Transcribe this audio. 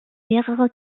mehrere